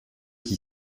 qui